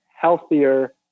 healthier